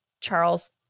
Charles